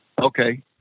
Okay